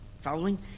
Following